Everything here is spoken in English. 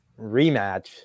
rematch